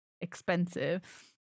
expensive